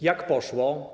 Jak poszło?